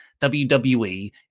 wwe